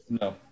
No